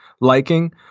liking